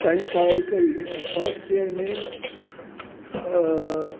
ताईं पढ़ाई कई ऐं फस्ट ईअर में अ अ